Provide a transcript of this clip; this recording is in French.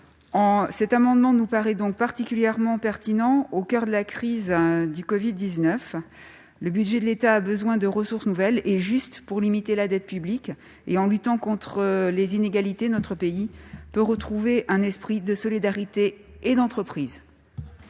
Cette mesure me paraît particulièrement pertinente au coeur de la crise de la covid-19, alors que l'État a besoin de ressources nouvelles et justes pour limiter la dette publique. En luttant contre les inégalités, notre pays peut renouer avec un esprit de solidarité et d'entreprise